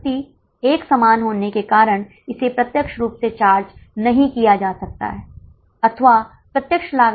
4 संभावित परिदृश्यो को देखते हुए 4 संभावित शुल्क होंगे